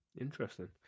Interesting